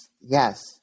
yes